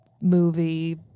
movie